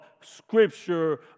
scripture